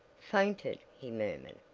fainted! he murmured,